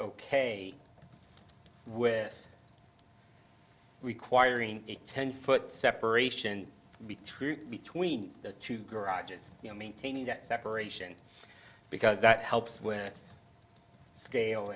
ok with requiring a ten foot separation between between the two garages you know maintaining that separation because that helps with scale